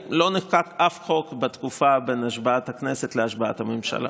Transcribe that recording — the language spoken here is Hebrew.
לא נחקק אף חוק בתקופה בין השבעת הכנסת להשבעת הממשלה.